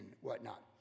whatnot